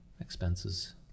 expenses